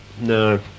No